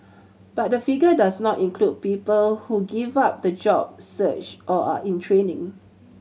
but the figure does not include people who give up the job search or are in training